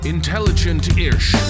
Intelligent-ish